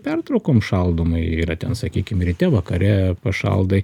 pertraukom šaldoma yra ten sakykim ryte vakare pašaldai